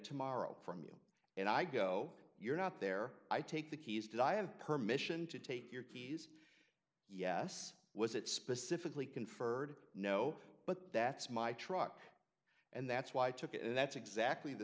tomorrow from you and i go you're not there i take the keys do i have permission to take your keys yes was it specifically conferred no but that's my truck and that's why i took it and that's exactly the